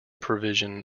provision